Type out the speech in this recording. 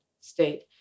state